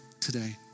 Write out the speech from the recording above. today